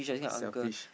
selfish